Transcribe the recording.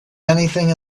anything